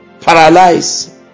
Paralyzed